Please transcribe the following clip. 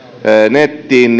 nettiin